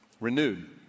renewed